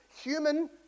human